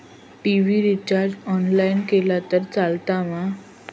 TV recharge online केला तरी चलात मा?